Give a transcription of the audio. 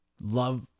love